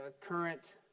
current